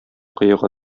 коега